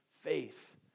faith